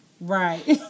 Right